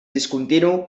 discontinu